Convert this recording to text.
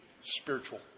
spiritual